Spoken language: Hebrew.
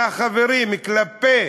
מהחברים, כלפי